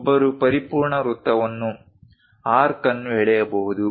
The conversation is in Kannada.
ಒಬ್ಬರು ಪರಿಪೂರ್ಣ ವೃತ್ತವನ್ನು ಆರ್ಕ್ ಅನ್ನು ಎಳೆಯಬಹುದು